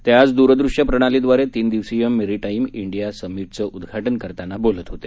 ते आज दुरदृश्य प्रणालीद्वारे तीन दिवसीय मेरीटाईम इंडिया समिटचं उद्घाटन करतांना बोलत होते